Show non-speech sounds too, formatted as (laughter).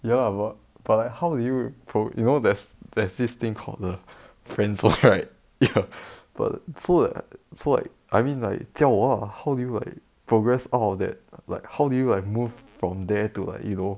ya lah but but how did you pro- you know there's there's this thing called the friend zone right ya (laughs) so like so like I mean like 教我 ah how do you like progress out of that like how did you like move from there to like you know